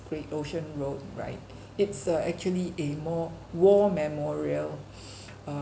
great ocean road right it's uh actually a more war memorial uh